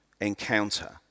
encounter